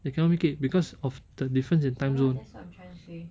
they cannot make it because of the difference in timezone